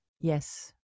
yes